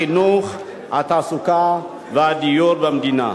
החינוך, התעסוקה והדיור במדינה.